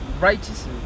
righteous